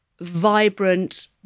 vibrant